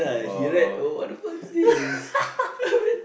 well uh